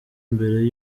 mbere